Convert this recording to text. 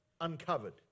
uncovered